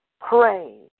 pray